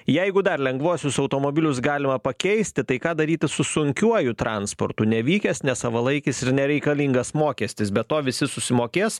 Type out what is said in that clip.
jeigu dar lengvuosius automobilius galima pakeisti tai ką daryti su sunkiuoju transportu nevykęs nesavalaikis ir nereikalingas mokestis be to visi susimokės